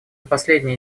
последнее